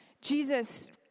Jesus